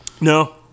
No